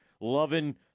loving